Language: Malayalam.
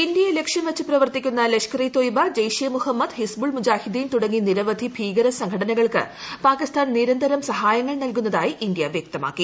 ഇന്ത്യയെ ലക്ഷ്യംവച്ച് പ്രവർത്തിക്കുന്ന ലഷ്കർ ഇ തൊയ്ബ ജെയ്ഷെ മുഹമ്മദ് ഹിസ്ബുൾ മുജാഹുദ്ദീൻ തുടങ്ങി നിരവധി ഭീകര സംഘടനകൾക്ക് പാകിസ്ഥാൻ നിരന്തരം സഹായങ്ങൾ നൽകുന്നതായി ഇന്ത്യ വ്യക്തമാക്കി